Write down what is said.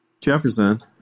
Jefferson